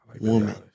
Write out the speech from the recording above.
woman